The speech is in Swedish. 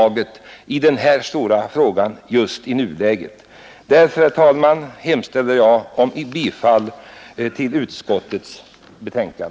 Herr talman! Jag yrkar bifall till utskottets hemställan.